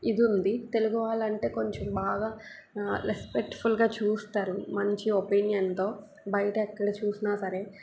ఇది ఉంది తెలుగు వాళ్ళంటే కొంచెం బాగా రెస్పెక్ట్ఫుల్గా చూస్తారు మంచి ఒపీనియన్తో బయట ఎక్కడ చూసినా సరే